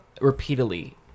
repeatedly